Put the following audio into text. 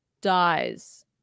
dies